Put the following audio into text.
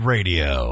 Radio